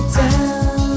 down